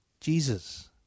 Jesus